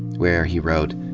where, he wrote,